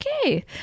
okay